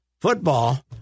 football